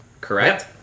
Correct